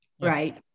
right